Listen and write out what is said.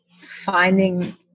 finding